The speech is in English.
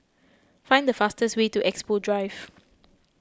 find the fastest way to Expo Drive